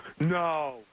No